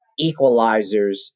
equalizers